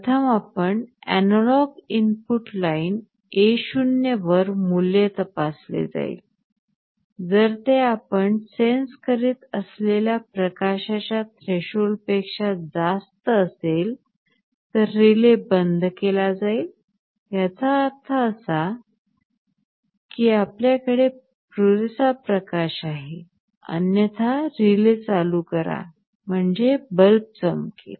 प्रथम आपण analogue input line A0 वर मूल्य तपासले पाहिजे जर ते आपण सेन्स करीत असलेल्या प्रकाशाच्या थ्रेशोल्ड पेक्षा जास्त असेल तर रिले बंद केला जाईल याचा अर्थ असा आहे की आपल्याकडे पुरेसा प्रकाश आहे अन्यथा रिले चालू करा म्हणजे बल्ब चमकेल